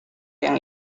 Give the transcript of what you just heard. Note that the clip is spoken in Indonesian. yang